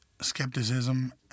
skepticism